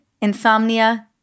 insomnia